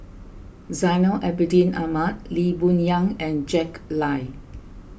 Zainal Abidin Ahmad Lee Boon Yang and Jack Lai